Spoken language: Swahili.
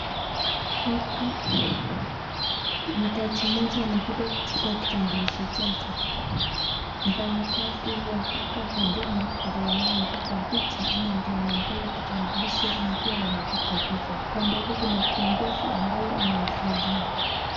Hapa mteja mmoja amekuja kuchukua kitambulisho chake. Mfanyikazi wa hapa huduma ndiye anampiga picha ama ndiye anampa kitambulisho na akiwa wamepiga picha. Kando yake kuna kiongozi ambaye anawasaidia.